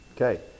Okay